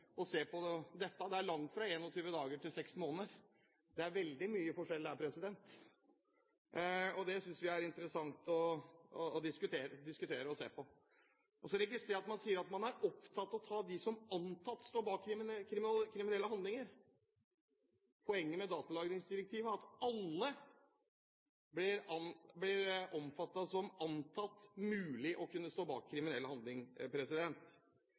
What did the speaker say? og se på dette. Det er langt fra 21 dager til seks måneder. Det er veldig stor forskjell på det. Det synes vi er interessant å diskutere og å se på. Og så registrerer vi at man sier at man er opptatt av å ta dem som er antatt å stå bak kriminelle handlinger. Poenget med datalagringsdirektivet er at alle kan omfattes av begrepet «antatt» å kunne stå bak